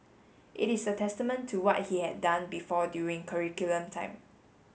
it is a testament to what he had done before during curriculum time